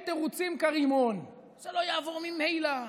תירוצים כרימון: זה לא יעבור ממילא.